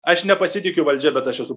aš nepasitikiu valdžia bet aš esu